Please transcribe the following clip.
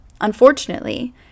unfortunately